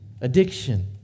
addiction